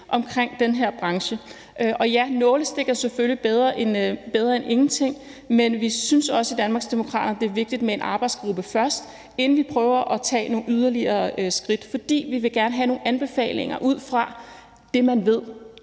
omkring den her branche. Og ja, nålestik er selvfølgelig bedre end ingenting, men vi synes også i Danmarksdemokraterne, at det er vigtigt med en arbejdsgruppe først, inden vi prøver at tage yderligere skridt, fordi vi gerne vil have nogle anbefalinger ud fra det, man ved